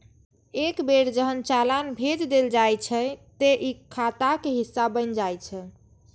एक बेर जहन चालान भेज देल जाइ छै, ते ई खाताक हिस्सा बनि जाइ छै